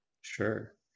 sure